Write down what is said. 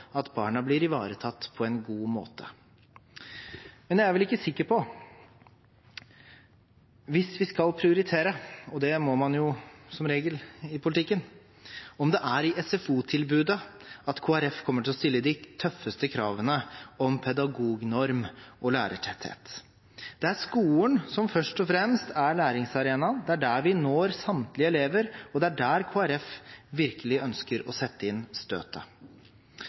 at barna blir ivaretatt på en god måte. Men jeg er ikke sikker på – hvis vi skal prioritere, og det må man jo som regel i politikken – om det er i SFO-tilbudet Kristelig Folkeparti kommer til å stille de tøffeste kravene om pedagognorm og lærertetthet. Det er skolen som først og fremst er læringsarenaen. Det er der vi når samtlige elever, og det er der Kristelig Folkeparti virkelig ønsker å sette inn